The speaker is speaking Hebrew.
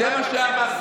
זה מה שאמרתי.